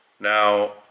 Now